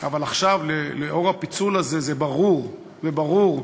אבל עכשיו, לאור הפיצול הזה, זה ברור, זה ברור,